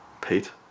Pete